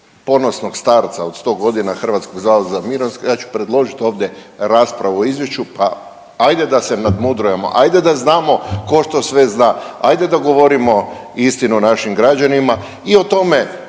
ponosnog starca od 100 godina HZMO-a ja ću predložit ovdje raspravu o izvješću, pa ajde da se nadmudrujemo, ajde da znamo tko što sve zna, ajde da govorimo istinu našim građanima i o tome